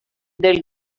del